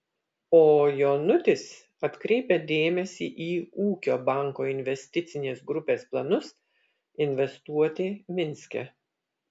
o jonutis atkreipia dėmesį į ūkio banko investicinės grupės planus investuoti minske